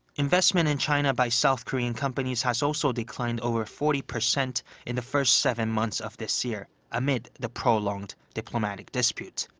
investment in china by south korean companies has also declined over forty percent in the first seven months of this year amid the prolonged diplomatic dispute.